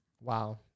Wow